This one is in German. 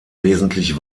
wesentlich